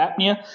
apnea